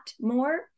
more